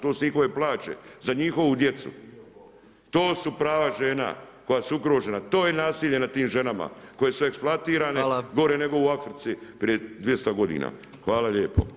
To su njihove plaće, za njihovu djecu, to su prava žena koja su okružena, to je nasilje nad tim ženama, koje su eksploatirane gore nego u Africi prije 200 g. Hvala lijepo.